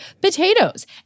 potatoes